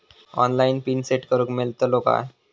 Online PIN set करूक मेलतलो काय?